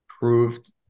proved